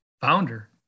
founder